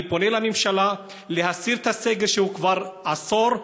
אני פונה לממשלה להסיר את הסגר שהוא כבר עשור,